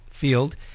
field